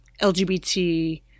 LGBT